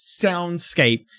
soundscape